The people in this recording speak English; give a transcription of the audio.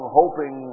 hoping